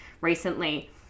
recently